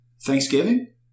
Thanksgiving